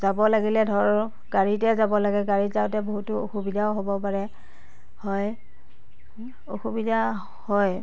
যাব লাগিলে ধৰক গাড়ীতে যাব লাগে গাড়ীত গ'লে বহুতো অসুবিধাও হ'ব পাৰে হয় অসুবিধা হয়